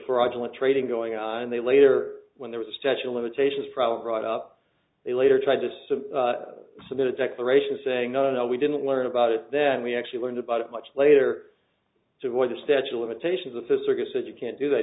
fraudulent trading going on and they later when there was a statue of limitations problem brought up they later tried to submit a declaration saying no no we didn't learn about it then we actually learned about it much later toward the statue of limitations with a circus if you can't do that